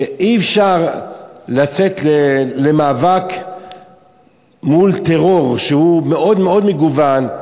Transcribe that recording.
כי אי-אפשר לצאת למאבק מול טרור שהוא מאוד מאוד מגוון,